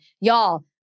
Y'all